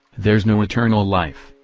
there's no eternal life,